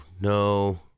no